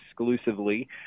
exclusively